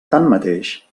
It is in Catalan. tanmateix